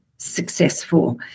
Successful